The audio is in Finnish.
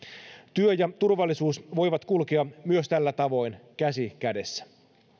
työ ja turvallisuus voivat kulkea myös tällä tavoin käsi kädessä